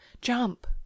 jump